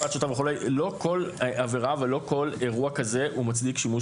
לא כל עבירה ולא כל אירוע כזה מצדיק שימוש